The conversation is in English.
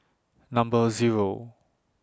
Number Zero